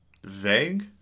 Vague